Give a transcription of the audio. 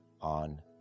on